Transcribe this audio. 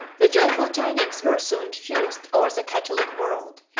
the joyful tidings were soon diffused over the catholic world,